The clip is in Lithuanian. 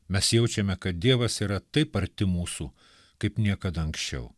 mes jaučiame kad dievas yra taip arti mūsų kaip niekada anksčiau